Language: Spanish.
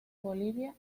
bolivia